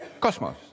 cosmos